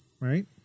right